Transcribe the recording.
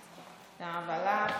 תודה רבה לך.